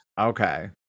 Okay